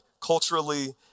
culturally